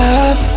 up